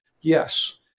Yes